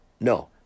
no